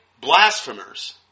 blasphemers